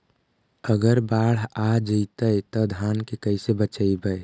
अगर बाढ़ आ जितै तो धान के कैसे बचइबै?